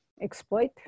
exploit